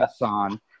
on